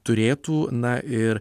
turėtų na ir